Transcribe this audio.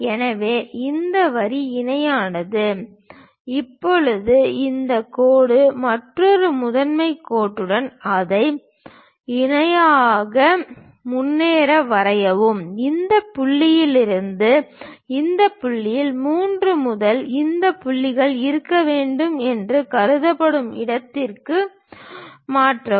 எனவே இந்த வரி இணையாக இப்போது இந்த கோடு மற்றொரு முதன்மை அச்சுடன் அதை இணையாக முன்னேறி வரையவும் இந்த புள்ளியில் இருந்து இந்த புள்ளியில் 3 முதல் இந்த புள்ளியில் இருக்க வேண்டும் என்று கருதப்படும் இடத்திற்கு மாற்றவும்